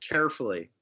Carefully